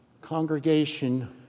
Congregation